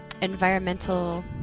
environmental